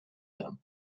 them